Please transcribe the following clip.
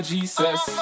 Jesus